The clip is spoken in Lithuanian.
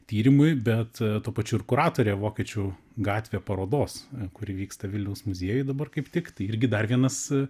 tyrimui bet tuo pačiu ir kuratorė vokiečių gatvė parodos kuri vyksta vilniaus muziejuj dabar kaip tik tai irgi dar vienas